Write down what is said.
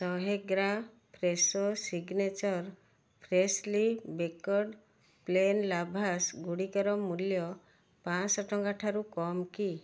ଶହେ gram Fresho signature freshly baked plain lavash ଗୁଡ଼ିକର ମୂଲ୍ୟ ପାଞ୍ଚଶହ ଟଙ୍କା ଠାରୁ କମ୍ କି